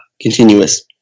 continuous